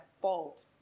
bold